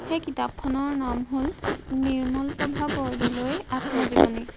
সেই কিতাপখনৰ নাম হ'ল নিৰ্মল প্ৰভা বৰদলৈ আত্মজীৱনী